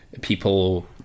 people